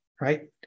right